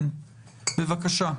בבקשה.